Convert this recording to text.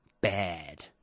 bad